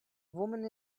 woman